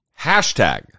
hashtag